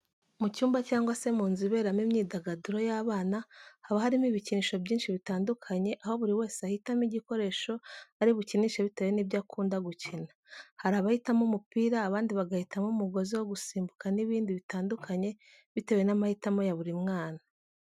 Mu cyumba cyangwa se mu nzu iberamo imyidagaduro y'abana, haba harimo ibikinisho byinshi bitandukanye, aho buri wese ahitamo igikoresho ari bukinishe bitewe n'ibyo akunda gukina. Hari abahitamo umupira, abandi bagahitamo umugozi wo gusimbuka n'ibindi bitandukanye, bitewe n'amahitamo ya buri mwana.